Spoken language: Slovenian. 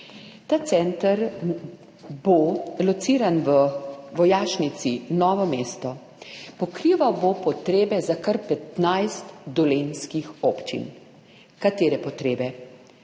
Ta center bo lociran v vojašnici Novo mesto. Pokrival bo potrebe za kar 15 dolenjskih občin. Katere potrebe?